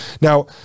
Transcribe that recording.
now